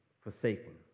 forsaken